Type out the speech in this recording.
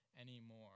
anymore